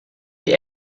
die